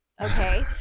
Okay